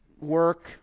work